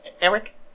Eric